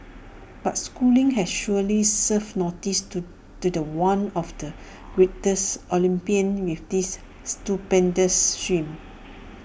but schooling has surely served notice to to The One of the greatest Olympian with this stupendous swim